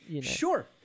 Sure